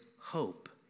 hope